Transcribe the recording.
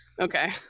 okay